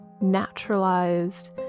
naturalized